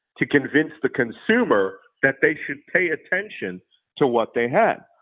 to convince the consumer that they should pay attention to what they had.